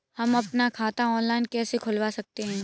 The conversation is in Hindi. हम अपना खाता ऑनलाइन कैसे खुलवा सकते हैं?